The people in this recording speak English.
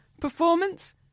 performance